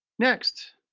next,